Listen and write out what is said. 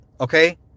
okay